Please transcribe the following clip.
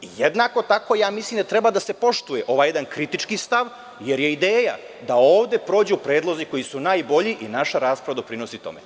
Jednako tako mislim da treba da se poštuje ovaj jedan kritički stav, jer je ideja da ovde prođu predlozi koji su najbolji i naša rasprava doprinosi tome.